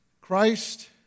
Christ